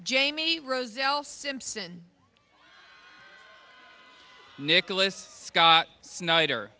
jamie roselle simpson nicholas scott snyder